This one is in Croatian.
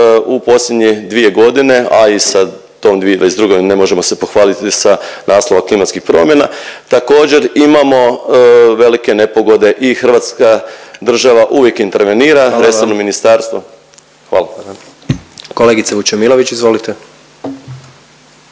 u posljednje dvije godine, a i sa tom 2022. ne možemo se pohvaliti sa naslova klimatskih promjena također imamo velike nepogode i Hrvatska država uvijek intervenira, resorno ministarstvo. …/Upadica predsjednik: Hvala